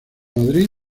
madrid